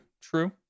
true